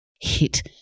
hit